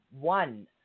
one